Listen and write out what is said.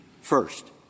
First